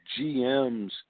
GMs